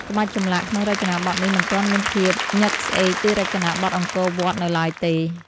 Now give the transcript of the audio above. ក្បាច់ចម្លាក់ក្នុងរចនាបថនេះមិនទាន់មានភាពញឹកស្អេកដូចរចនាបថអង្គរវត្តនៅឡើយទេ។